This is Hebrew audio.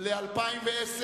לשנת 2010,